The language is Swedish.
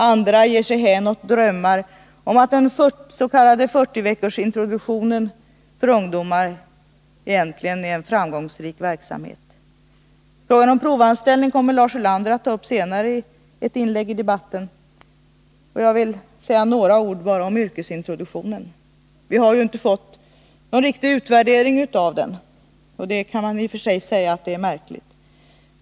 Andra ger sig hän åt drömmar om att den s.k. 40-veckors yrkesintroduktionen för ungdomar egentligen är en framgångsrik verksamhet. Frågan om provanställning kommer Lars Ulander att ta upp i ett senare inläggi debatten. Jag vill bara säga några ord om yrkesintroduktionen. Vi har juinte fått någon riktig utvärdering av den, och det är i och för sig märkligt.